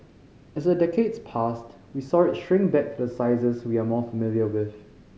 as the decades passed we saw it shrink back to the sizes we are more familiar with